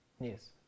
Yes